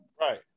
Right